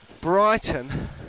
Brighton